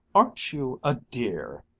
aren't you a dear,